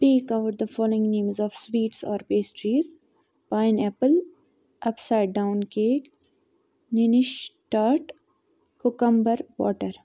speak out the following names of sweets or pastries pineapple upside down cake ninis tart cucumber water